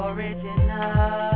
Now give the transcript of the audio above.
Original